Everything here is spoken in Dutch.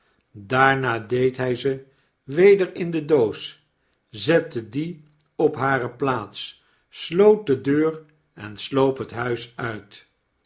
daarna deed hy ze weder in de doos zette die op hare plaats sloot de deur en sloop het huis uit